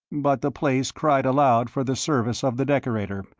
but the place cried aloud for the service of the decorator,